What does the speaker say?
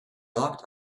locked